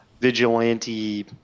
vigilante